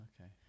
Okay